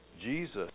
Jesus